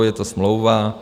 Je to smlouva.